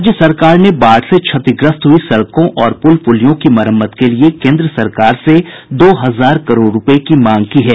राज्य सरकार ने बाढ़ से क्षतिग्रस्त हुयी सड़कों और पुल पुलियों की मरम्मत के लिये केंद्र सरकार से दो हजार करोड़ रूपये की मांग की है